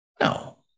No